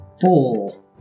Four